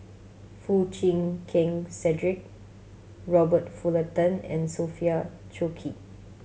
Foo Chee Keng Cedric Robert Fullerton and Sophia Cooke